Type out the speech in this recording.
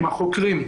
עם החוקרים.